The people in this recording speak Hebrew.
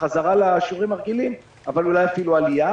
חזרה לשיעורים הרגילים אבל אולי אפילו עלייה.